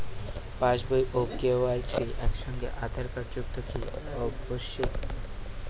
পাশ বই ও কে.ওয়াই.সি একই সঙ্গে আঁধার কার্ড সংযুক্ত কি আবশিক?